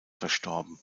verstorben